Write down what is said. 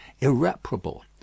irreparable